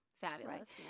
fabulous